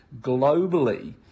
globally